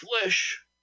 flesh